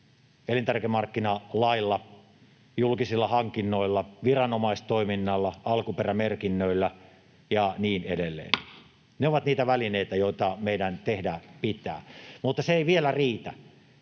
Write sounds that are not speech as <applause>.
elintarvikemarkkinalailla, julkisilla hankinnoilla, viranomaistoiminnassa, alkuperämerkinnöillä ja niin edelleen. <noise> Ne ovat niitä välineitä, joita meidän tehdä pitää. Mutta se ei vielä riitä,